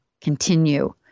Continue